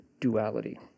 duality